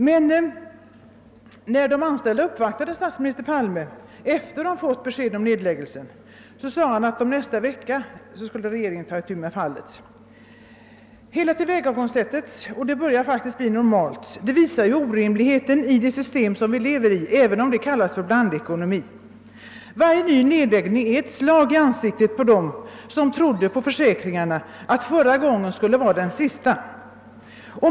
Men när de anställda uppvaktade statsminister Palme efter att ha fått besked om nedläggningen sade han att regeringen påföljande vecka skulle ta itu med fallet. Hela tillvägagångssättet — och det börjar faktiskt bli normalt — visar orimligheten i det ekonomiska system vi lever i, även om det kallas för blandekonomi. Varje ny nedläggning är ett slag i ansiktet på dem som trodde på försäkringarna att förra gången skulle vara den sista.